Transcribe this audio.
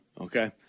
Okay